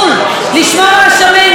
איפה היה דבר כזה?